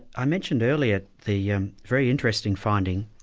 i mentioned earlier the yeah very interesting finding,